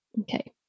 Okay